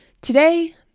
Today